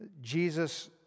Jesus